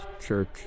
Church